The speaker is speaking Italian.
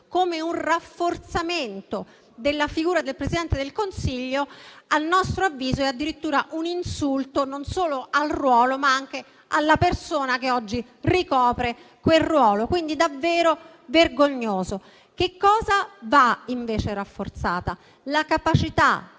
come un rafforzamento della figura del Presidente del Consiglio, a nostro avviso, è addirittura un insulto non solo al ruolo, ma anche alla persona che oggi ricopre quel ruolo, quindi è davvero vergognoso. Va invece rafforzata la capacità